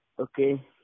Okay